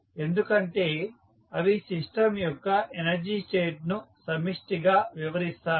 ఎందుకంటే అవి సిస్టం యొక్క ఎనర్జీ స్టేట్ ను సమిష్టిగా వివరిస్తాయి